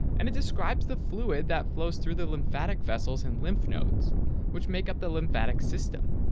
and it describes the fluid that flows through the lymphatic vessels and lymph nodes which make up the lymphatic system.